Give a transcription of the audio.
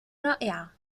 رائعة